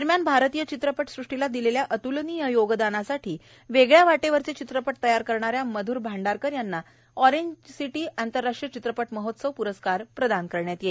दरम्यान भारतीय चित्रपटसृष्टीला दिलक्ष्या अत्लनीय यो दानासाठी व ळ्या वाटक्वरच चित्रपट तयार करणाऱ्या मध्र भांडारकर यांना ऑरेंज सिटी आंतरराष्ट्रीय चित्रपट महोत्सव प्रस्कार प्रदान करण्यात यईल